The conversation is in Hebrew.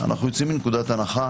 אנו יוצאים מנקודת הנחה